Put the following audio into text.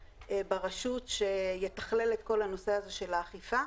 ברשות שיתכלל את כל הנושא הזה של האכיפה.